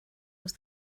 was